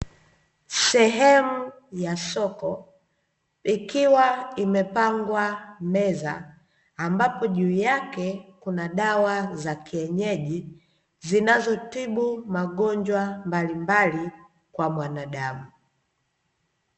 Sehemu ya soko, ikiwa imepangwa meza ambapo juu yake kuna dawa za kienyeji zinazotibu magonjwa mbalimbali kwa mwanadamu.